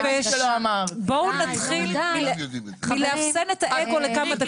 הנפש, בואו נתחיל מלאחסן את האגו לכמה דקות.